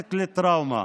נכנסת לטראומה,